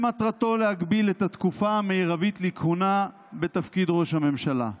שמטרתו להגביל את התקופה המרבית לכהונה בתפקיד ראש הממשלה.